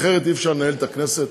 אחרת אי-אפשר לנהל את הכנסת,